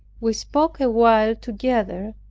we spoke awhile together,